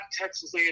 Texas